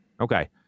Okay